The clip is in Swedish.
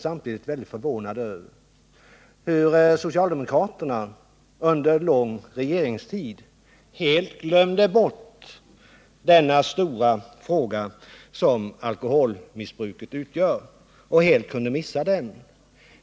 Samtidigt är jag mycket förvånad över hur socialdemokraterna under en lång regeringstid helt glömde bort den stora fråga som alkoholmissbruket utgör.